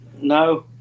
No